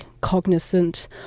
cognizant